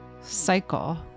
cycle